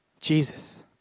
Jesus